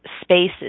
Spaces